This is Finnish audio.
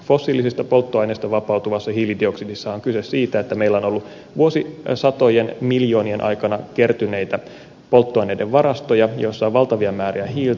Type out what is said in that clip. fossiilisista polttoaineista vapautuvassa hiilidioksidissa on kyse siitä että meillä on ollut vuosisatojen miljoonien aikana kertyneitä polttoaineiden varastoja joissa on valtavia määriä hiiltä